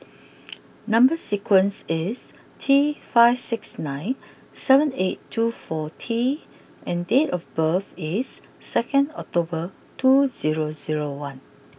number sequence is T five six nine seven eight two four T and date of birth is second October two zero zero one